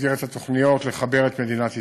במסגרת התוכניות לחבר את מדינת ישראל.